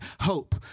Hope